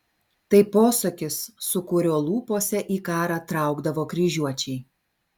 tai posakis su kuriuo lūpose į karą traukdavo kryžiuočiai